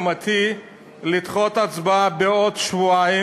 בהסכמתי, לדחות את ההצבעה בשבועיים.